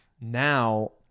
Now